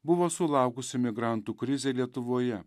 buvo sulaukusi migrantų krizė lietuvoje